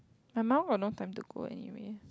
my mum will no time to go anywhere